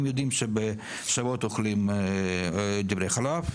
הם יודעים שבשבועות אוכלים דברי חלב,